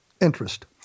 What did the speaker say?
interest